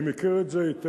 אני מכיר את זה היטב.